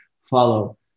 follow